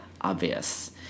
obvious